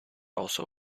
also